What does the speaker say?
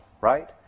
right